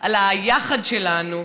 על היחד שלנו,